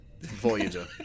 Voyager